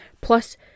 Plus